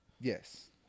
Yes